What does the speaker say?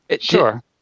Sure